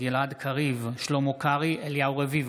גלעד קריב, שלמה קרעי, אליהו רביבו,